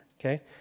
okay